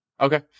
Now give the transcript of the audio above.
Okay